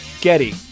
Getty